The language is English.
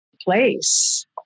place